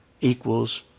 equals